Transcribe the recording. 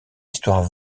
histoire